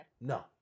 No